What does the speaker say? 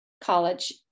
college